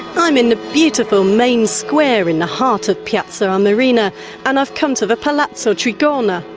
i'm in the beautiful main square in the heart of piazza armerina and i've come to the palazzo so trigona,